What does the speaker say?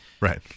Right